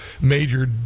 Major